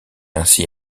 ainsi